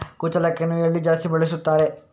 ಕುಚ್ಚಲಕ್ಕಿಯನ್ನು ಎಲ್ಲಿ ಜಾಸ್ತಿ ಬೆಳೆಸುತ್ತಾರೆ?